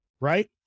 right